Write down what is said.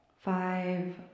five